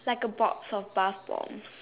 like a box of bath bombs